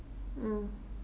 mm